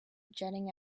jetting